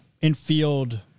infield